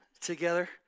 together